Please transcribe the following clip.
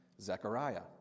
Zechariah